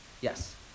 Yes